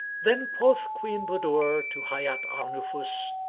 then quoth queen budur to hayat al nufus,